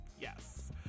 Yes